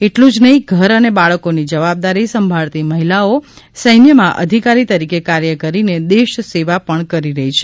એટલું જ નહિ ઘર અને બાળકોની જવાબદારી સંભાળતી મહિલાઓ સૈન્યમાં અધિકારી તરીકે કાર્ય કરીને દેશ સેવા પણ કરી રહી છે